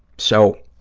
so,